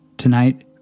Tonight